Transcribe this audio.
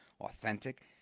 authentic